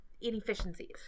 inefficiencies